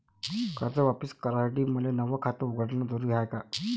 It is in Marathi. कर्ज वापिस करासाठी मले नव खात उघडन जरुरी हाय का?